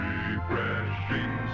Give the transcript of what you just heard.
Refreshing